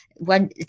one